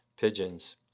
pigeons